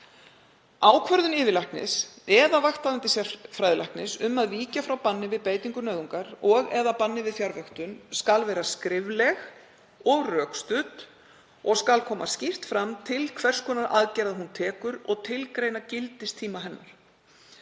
Ákvörðun yfirlæknis eða vakthafandi sérfræðilæknis um að víkja frá banni við beitingu nauðungar og/eða banni við fjarvöktun skal vera skrifleg og rökstudd og skal koma skýrt fram til hvers konar aðgerða hún tekur og tilgreina gildistíma hennar.